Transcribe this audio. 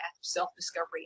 self-discovery